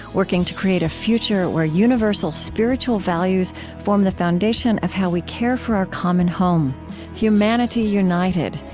working to create a future where universal spiritual values form the foundation of how we care for our common home humanity united,